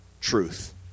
truth